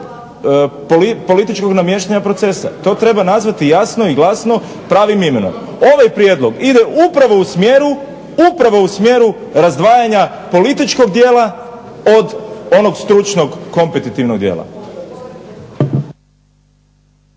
političkog namještanja procesa. To treba nazvati jasno i glasno pravim imenom. Ovaj prijedlog ide upravo u smjeru razdvajanja političkog dijela od onog stručnog kompetitivnog dijela.